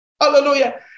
Hallelujah